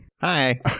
Hi